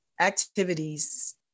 activities